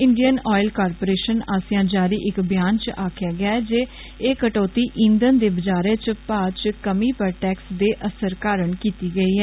Indian Oil Corporation आसेआ जारी इक ब्यानै च आक्खेआ गेआ ऐ जे एह कटोती ईंधन दे बजारै च भाह च कमी पर टैक्स दे असरकारण कीती गेई ऐ